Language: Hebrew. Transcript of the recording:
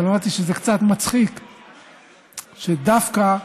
אבל זה קצת מצחיק שדווקא השבוע,